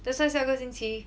that's why 下个星期